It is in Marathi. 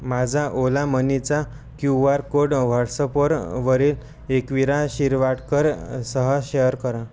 माझा ओला मनीचा क्यू आर कोड व्हॉट्सअपवर वरील एकवीरा शिरवाडकर सह शेअर करा